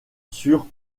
sur